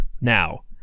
now